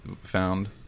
found